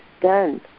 done